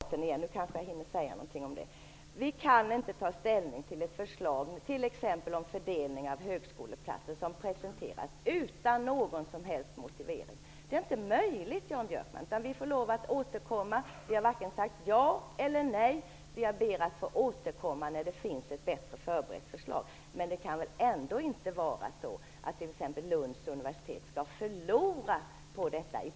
Fru talman! Jag vill så gärna tro, och jag hoppas att det blir på det sättet. Också jag är tilltalad av att man äntligen skall göra en individuell bedömning beträffande de åtgärder som skall vidtas och av att man kan välja från ett stort smörgåsbord av åtgärder. Men, som sagt, jag tror att kommunaliseringen kommer att bli den hämsko som gör att detta tyvärr inte fungerar så som vi önskar. Nu hinner jag kanske säga någonting om detta med time-out. Vi kan inte ta ställning till ett förslag om t.ex. fördelning av högskoleplatser som presenteras utan någon som helst motivering. Det är inte möjligt, Jan Björkman. Vi får lov att återkomma när det finns ett bättre förberett förslag - vi har varken sagt ja eller nej.